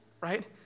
right